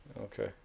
Okay